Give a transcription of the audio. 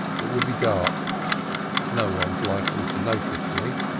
it will be dark no one is likely to notice me.